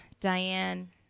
Diane